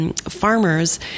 Farmers